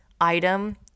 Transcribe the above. item